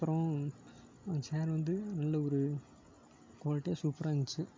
அப்றம் சேரு வந்து நல்ல ஒரு க்வாலிட்டியாக சூப்பராக இருந்துச்சு